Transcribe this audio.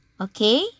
okay